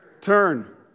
Turn